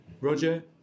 Roger